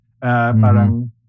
Parang